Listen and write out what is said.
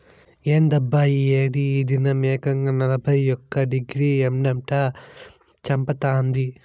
ఏందబ్బా ఈ ఏడి ఈ దినం ఏకంగా నలభై ఒక్క డిగ్రీ ఎండట చంపతాంది